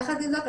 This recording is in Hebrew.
יחד עם זאת,